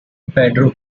pedro